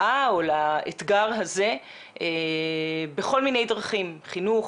לאתגר הזה בכל מיני דרכים: חינוך,